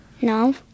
No